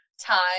time